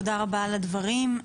תודה רבה על הדברים.